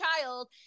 child